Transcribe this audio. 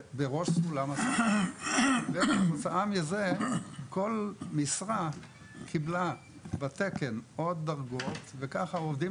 בראש סולם השכר וכתוצאה מזה כל משרה קיבלה בתקן עוד דרגות וכך העובדים